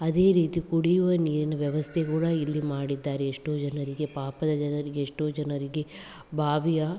ಅದೇ ರೀತಿ ಕುಡಿಯುವ ನೀರಿನ ವ್ಯವಸ್ಥೆ ಕೂಡ ಇಲ್ಲಿ ಮಾಡಿದ್ದಾರೆ ಎಷ್ಟೋ ಜನರಿಗೆ ಪಾಪದ ಜನರಿಗೆ ಎಷ್ಟೋ ಜನರಿಗೆ ಬಾವಿಯ